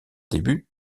débuts